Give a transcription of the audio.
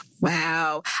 Wow